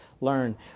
learn